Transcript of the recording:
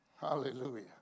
Hallelujah